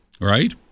right